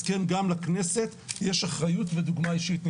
אז כן, גם לכנסת יש אחריות ודוגמה אישית נדרשת.